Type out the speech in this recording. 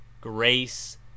grace